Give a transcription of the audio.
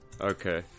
okay